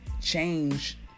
change